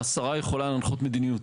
השרה יכולה להנחות מדיניות.